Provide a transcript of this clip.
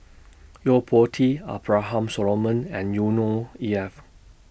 Yo Po Tee Abraham Solomon and Yusnor E F